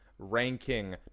Ranking